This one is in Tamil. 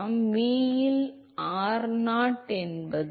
v இல் r0 என்பதும் 0 ஆகும்